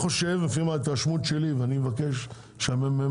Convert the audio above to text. מההתרשמות שלי ואני אבקש שהמ.מ.מ.